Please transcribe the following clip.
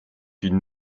une